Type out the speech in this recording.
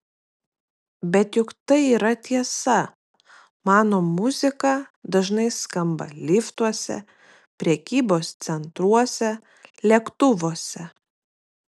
bet juk tai yra tiesa mano muzika dažnai skamba liftuose prekybos centruose lėktuvuose